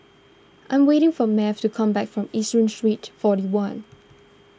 I'm waiting for Math to come back from Yishun Street forty one